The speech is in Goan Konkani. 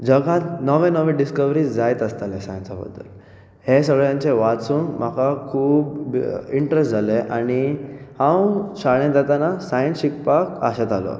जगांत नवे नवे डिस्कवरी जायत आसताले सायन्सा बद्दल हें सगळ्यांचें वाचून म्हाका खूब इंट्रस्ट जालें आनी हांव शाळेंत वेतना सायन्स शिकपाक आशेतालों